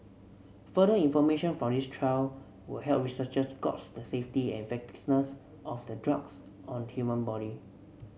further information from this trial will help researchers gauge the safety and effectiveness of the drugs on human body